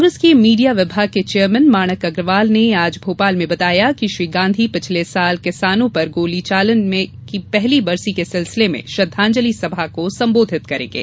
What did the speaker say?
कांग्रेस के मीडिया विभाग के चेयरमैन माणक अग्रवाल ने आज भोपाल में बताया कि श्री गांधी पिछले वर्ष किसानो पर गोलीचालन की पहली बरसी के सिलसिले में श्रद्दांजलि सभा को संबोधित करेंगे